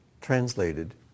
translated